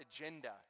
agenda